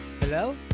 Hello